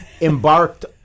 embarked